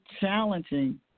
challenging